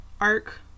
arc